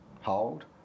hold